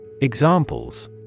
Examples